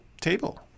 table